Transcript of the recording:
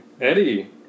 Eddie